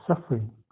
suffering